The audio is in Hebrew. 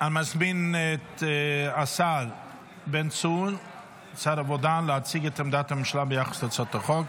אני מזמין את שר העבודה בן צור להסביר את עמדת הממשלה ביחס להצעת החוק.